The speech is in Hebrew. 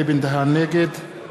נגד